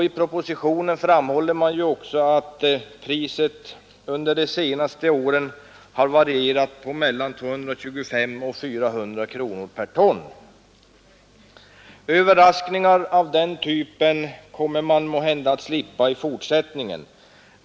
I propositionen framhålles det oc att priset bara under de senaste åren har varierat mellan 225 kronor och 400 kronor per ton. Överraskningar av den typen kommer man måhända att slippa i fortsättningen.